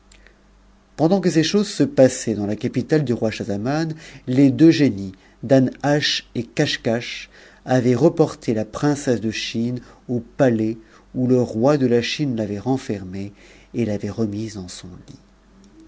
que ces choses se passaient dans ta capitale du roi schahzaman s deux géuies danhasch et caschcasch avaient reporté la princesse de m au palais où le roi de la chine l'avait l'entérinée et l'avaient re sf dans sou ht